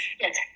Yes